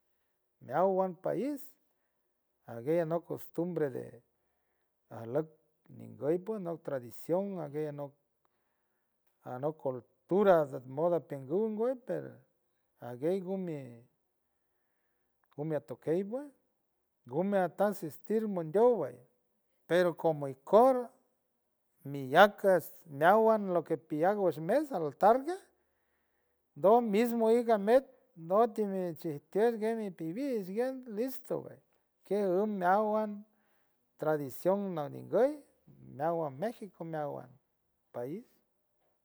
Meawan país ajguella anok costumbre de ajlock ninguey puej nock tradicion ajguella nock a nock colturas asde moda pengun puej ajguey gumi gumi atokey puej gumey ata asistir mondiow vaya pero como ikor miyaca es meawan lo que piyac nguesh mesa alotarguej do mismo ik ajmet no timi chimish tijtier ngue mipibish guien bien listo vaya quien meawan tradición najnin guey meawan mexico meawan país.